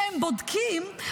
שהם בודקים,